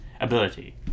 ability